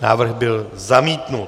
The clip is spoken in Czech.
Návrh byl zamítnut.